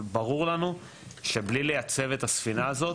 אבל ברור לנו שבלי לייצב את הספינה הזאת